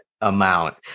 amount